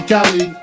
Cali